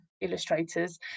illustrators